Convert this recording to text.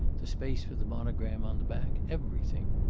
the space for the monogram on the back, everything.